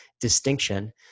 distinction